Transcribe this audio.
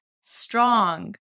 strong